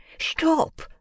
Stop